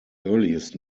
earliest